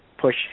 push